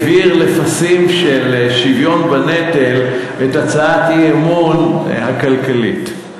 העביר לפסים של שוויון בנטל את הצעת האי-אמון הכלכלית.